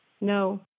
No